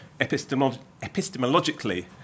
epistemologically